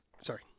sorry